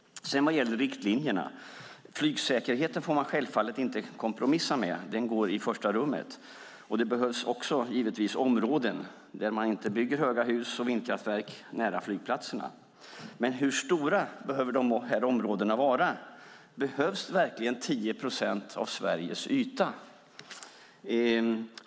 Vad gäller riktlinjerna får man självfallet inte kompromissa med flygsäkerheten. Den står i första rummet. Det behövs givetvis områden där man inte bygger höga hus och vindkraftverk nära flygplatserna. Men hur stora behöver de här områdena vara? Behövs verkligen 10 procent av Sveriges yta?